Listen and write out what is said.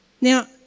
Now